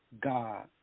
god